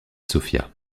sofia